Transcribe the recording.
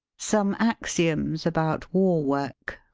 some axioms about war-work